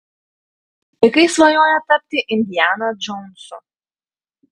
vaikai svajoja tapti indiana džonsu